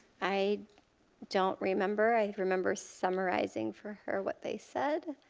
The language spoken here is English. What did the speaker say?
i don't remember. i remember summarizing for her what they said.